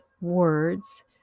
words